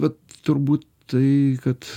vat turbūt tai kad